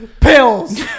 Pills